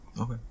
Okay